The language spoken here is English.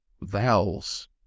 Vowels